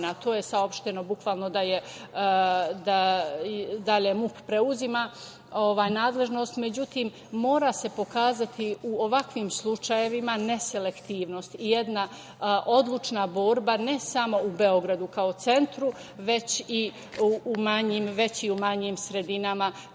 Tu je saopšteno, bukvalno, dalje MUP preuzima nadležnost. Međutim, mora se pokazati u ovakvim slučajevima neselektivnost i jedna odlučna borba ne samo u Beogradu kao centru, već i u manjim sredinama